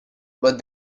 but